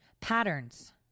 Patterns